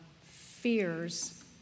fears